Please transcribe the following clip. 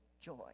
joy